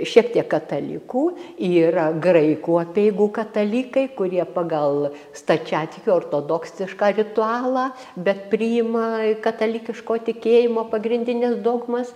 šiek tiek katalikų yra graikų apeigų katalikai kurie pagal stačiatikių ortodoksišką ritualą bet priima katalikiško tikėjimo pagrindines dogmas